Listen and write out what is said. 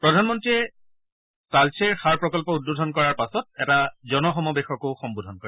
প্ৰধানমন্ত্ৰীয়ে তালচেৰ সাৰ প্ৰকল্প উদ্বোধন কৰাৰ পাছত এটা জনসমাবেশকো সম্বোধন কৰে